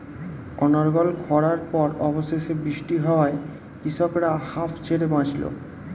অনর্গল খড়ার পর অবশেষে বৃষ্টি হওয়ায় কৃষকরা হাঁফ ছেড়ে বাঁচল